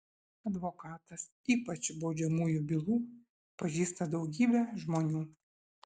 advokatas ypač baudžiamųjų bylų pažįsta daugybę žmonių